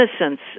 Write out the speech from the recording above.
innocence